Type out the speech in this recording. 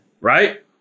right